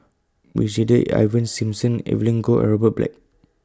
Brigadier Ivan Simson Evelyn Goh and Robert Black